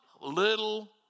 little